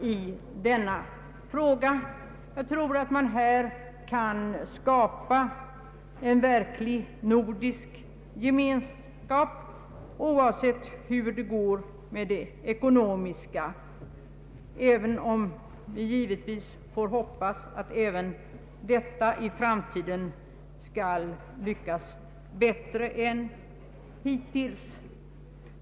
Jag tror att det är möjligt att här skapa en verklig nordisk gemenskap, oavset hur det går med de ekonomiska förhandlingarna, även om vi givetvis får hoppas att också de i framtiden skall lyckas bättre än hittills.